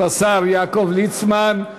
תודה לשר יעקב ליצמן.